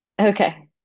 Okay